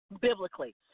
biblically